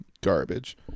Garbage